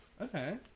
Okay